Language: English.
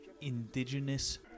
indigenous